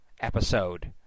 episode